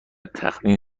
تخمین